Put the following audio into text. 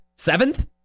Seventh